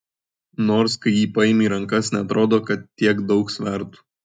nors kai jį paimi į rankas neatrodo kad tiek daug svertų